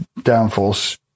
downforce